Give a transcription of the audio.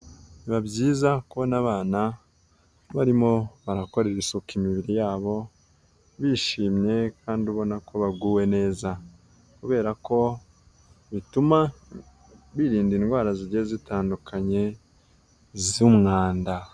Biba byiza kubona abana barimo barakorera isuku imibiri yabo, bishimye kandi ubona ko baguwe neza kubera ko bituma birinda indwara zigiye zitandukanye z'umwanda.